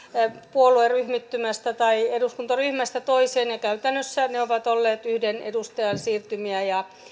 puolueryhmittymästä tai eduskuntaryhmästä toiseen käytännössä ne ovat olleet yhden edustajan siirtymiä ja